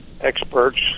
experts